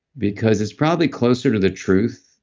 because it's probably closer to the truth,